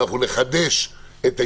ואנחנו נחדש את הישיבה,